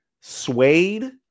suede